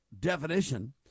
definition